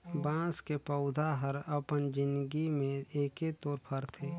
बाँस के पउधा हर अपन जिनगी में एके तोर फरथे